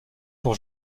pour